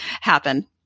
happen